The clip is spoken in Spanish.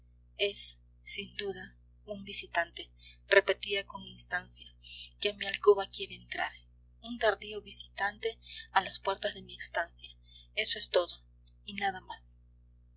es sin duda un visitante repetía con instancia que a mi alcoba quiere entrar un tardío visitante a las puertas de mi estancia eso es todo y nada más